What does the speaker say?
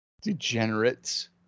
Degenerates